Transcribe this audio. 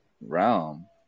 realm